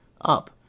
Up